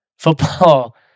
Football